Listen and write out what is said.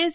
S